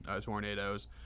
tornadoes